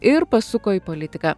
ir pasuko į politiką